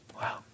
Wow